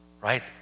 Right